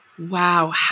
wow